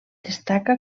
destaca